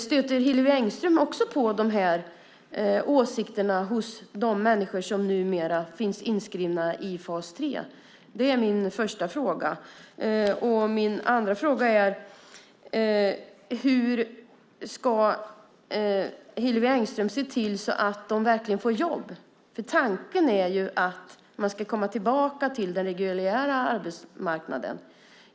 Stöter Hillevi Engström på de här åsikterna hos de människor som numera finns inskrivna i fas 3? Det är min första fråga. Min andra fråga är: Hur ska Hillevi Engström se till att de verkligen får jobb? Tanken är ju att man ska komma tillbaka till den reguljära arbetsmarknaden.